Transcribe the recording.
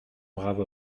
brave